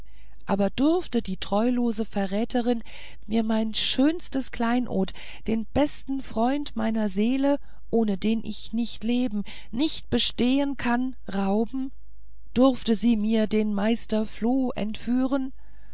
aber durfte die treulose verräterin mir mein schönstes kleinod den besten freund meiner seele ohne den ich nicht leben nicht bestehen kann rauben durfte sie mir den meister floh entführen